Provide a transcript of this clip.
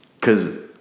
cause